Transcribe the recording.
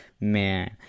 man